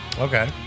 Okay